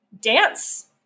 dance